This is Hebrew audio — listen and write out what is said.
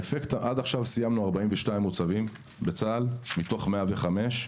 עד עכשיו סיימנו 42 מוצבים מתוך 105,